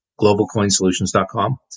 globalcoinsolutions.com